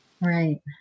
Right